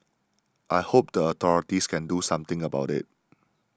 I hope the authorities can do something about it